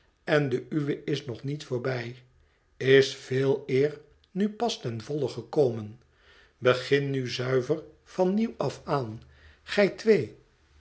en de uwe is nog niet voorbij is veeleer nu pas ten volle gekomen begin nu zuiver van nieuw af aan gij